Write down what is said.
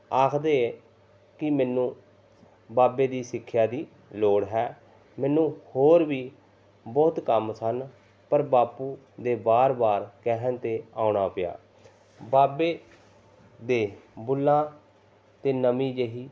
ਆਖਦੇ ਕਿ ਮੈਨੂੰ ਬਾਬੇ ਦੀ ਸਿੱਖਿਆ ਦੀ ਲੋੜ ਹੈ ਮੈਨੂੰ ਹੋਰ ਵੀ ਬਹੁਤ ਕੰਮ ਸਨ ਪਰ ਬਾਪੂ ਦੇ ਵਾਰ ਵਾਰ ਕਹਿਣ 'ਤੇ ਆਉਣਾ ਪਿਆ ਬਾਬੇ ਦੇ ਬੁੱਲਾਂ 'ਤੇ ਨਵੀਂ ਜਿਹੀ